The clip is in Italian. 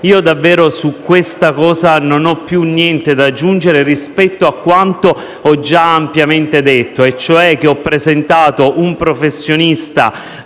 Io davvero su questo fatto non ho più niente da aggiungere rispetto a quanto ho già ampiamente detto, e cioè che ho presentato un professionista